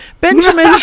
Benjamin